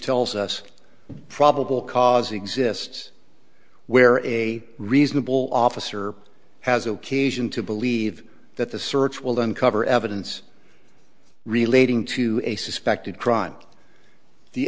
tells us probable cause exists where a reasonable officer has ok jand to believe that the search will uncover evidence relating to a suspected crime the